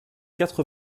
quatre